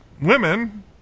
women